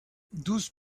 douze